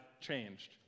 changed